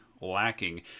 lacking